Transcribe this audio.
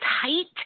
tight